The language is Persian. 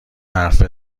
حرف